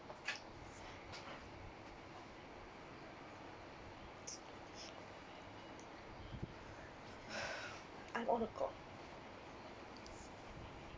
I'm on the clock